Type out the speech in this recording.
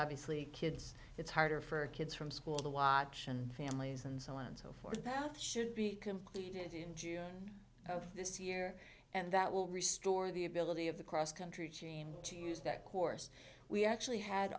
obviously kids it's harder for kids from school the watchman families and so on and so forth that should be completed in june of this year and that will restore the ability of the cross country team to use that course we actually had